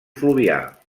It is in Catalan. fluvià